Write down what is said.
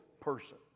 person